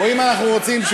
או אם אנחנו רוצים,